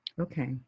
Okay